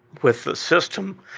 with the system